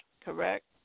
correct